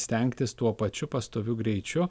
stengtis tuo pačiu pastoviu greičiu